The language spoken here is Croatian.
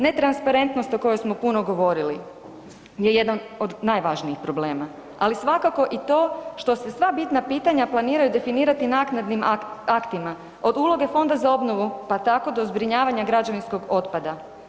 Netransparentnost o kojoj smo puno govorili je jedan od najvažnijih problema, ali svakako i to što se sva bitna pitanja planiraju definirati naknadnim aktima, od uloge Fonda za obnovu pa tako do zbrinjavanja građevinskog otpada.